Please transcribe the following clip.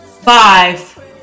five